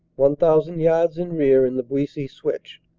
one thousand yards in rear in the buissy switch.